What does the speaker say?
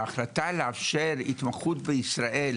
ההחלטה לאפשר התמחות בישראל,